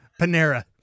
Panera